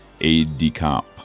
aide-de-camp